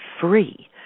free